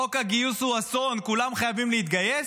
חוק הגיוס הוא אסון, כולם חייבים להתגייס,